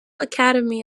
academy